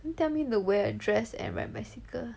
don't tell need to wear a dress and ride bicycle